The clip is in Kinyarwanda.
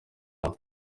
yawe